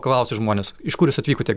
klausė žmonės iš kur jūs atvykote